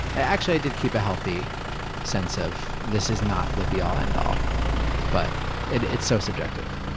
actually, i did keep a healthy sense of, this is not the be-all, end-all. but it's so subjective.